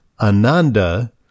Ananda